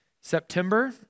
September